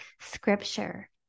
scripture